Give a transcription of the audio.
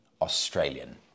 Australian